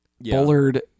Bullard